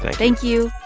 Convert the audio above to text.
thank you